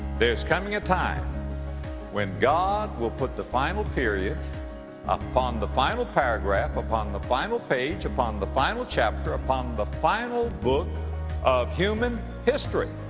there's coming a time when god will put the final period upon the final paragraph, upon the final page, upon the final chapter, upon the final book of human history.